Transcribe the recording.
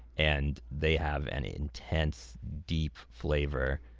and they have an intense, deep flavor.